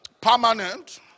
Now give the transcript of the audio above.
permanent